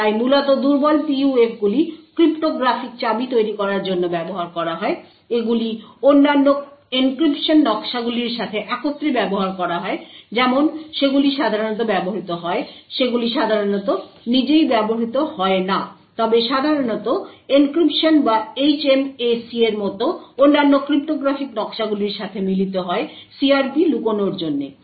তাই মূলত দুর্বল PUF গুলি ক্রিপ্টোগ্রাফিক চাবি তৈরির জন্য ব্যবহার করা হয় এগুলি অন্যান্য এনক্রিপশন নকশাগুলির সাথে একত্রে ব্যবহার করা হয় যেমন সেগুলি সাধারণত ব্যবহৃত হয় সেগুলি সাধারণত নিজেই ব্যবহৃত হয় না তবে সাধারণত এনক্রিপশন বা HMAC এর মতো অন্যান্য ক্রিপ্টোগ্রাফিক নকশাগুলির সাথে মিলিত হয় CRP লুকোনোর জন্যে